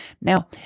Now